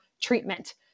treatment